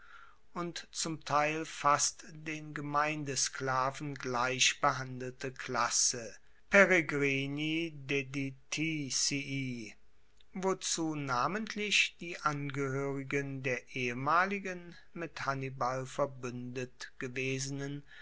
und zum teil fast den gemeindesklaven gleich behandelte klasse peregrini dediticii wozu namentlich die angehoerigen der ehemaligen mit hannibal verbuendet gewesenen